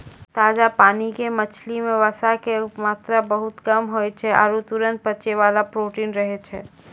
ताजा पानी के मछली मॅ वसा के मात्रा बहुत कम होय छै आरो तुरत पचै वाला प्रोटीन रहै छै